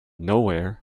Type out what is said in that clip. nowhere